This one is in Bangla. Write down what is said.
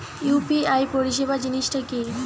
ইউ.পি.আই পরিসেবা জিনিসটা কি?